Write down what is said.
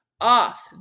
Off